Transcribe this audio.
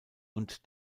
und